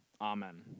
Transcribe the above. Amen